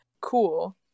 cool